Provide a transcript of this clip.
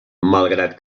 malgrat